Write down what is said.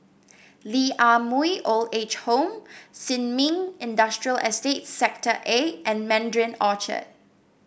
Lee Ah Mooi Old Age Home Sin Ming Industrial Estate Sector A and Mandarin Orchard